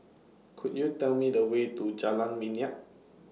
Could YOU Tell Me The Way to Jalan Minyak